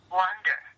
wonder